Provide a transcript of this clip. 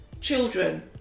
children